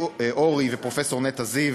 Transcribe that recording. אורי ופרופסור נטע זיו,